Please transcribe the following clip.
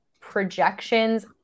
projections